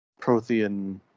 Prothean